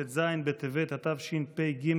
היום ט"ז בטבת התשפ"ג,